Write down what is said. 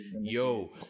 Yo